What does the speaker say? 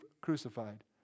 crucified